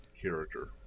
character